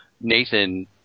Nathan